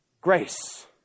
grace